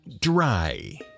dry